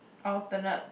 alternate